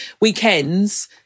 weekends